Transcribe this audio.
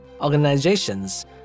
organizations